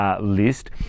list